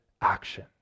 action